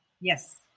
Yes